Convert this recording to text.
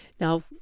Now